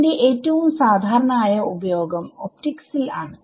ഇതിന്റെ ഏറ്റവും സാദാരണ ആയ ഉപയോഗം ഒപ്റ്റിക്സിൽ ആണ്